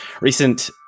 recent